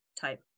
type